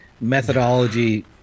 methodology